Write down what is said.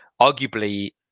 arguably